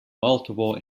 multiple